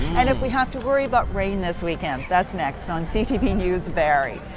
and if we have to worry about rain this weekend. that's next on ctv news barrie.